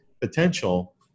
potential